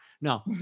No